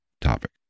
topic